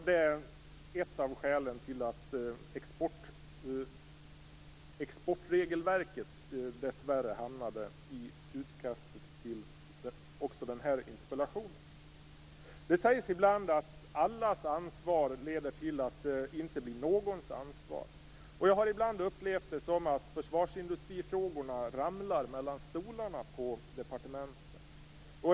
Det är ett av skälen till att frågan om exportregelverket dessvärre hamnade i utkastet till den här interpellationen. Det sägs ibland att allas ansvar leder till att det inte blir någons ansvar. Jag har ibland upplevt det som att försvarsindustrifrågorna ramlar mellan stolarna på departementen.